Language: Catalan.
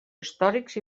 històrics